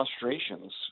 frustrations